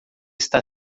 está